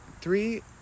three